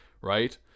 right